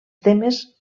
temes